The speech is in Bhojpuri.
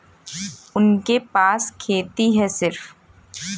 उनके पास खेती हैं सिर्फ